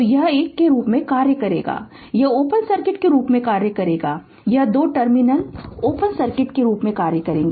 तो यह एक के रूप में कार्य करेगा यह ओपन सर्किट के रूप में कार्य करेगा यह दो टर्मिनल ओपन सर्किट के रूप में कार्य करेगा